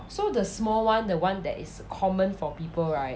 so the small [one] the [one] that is common for people right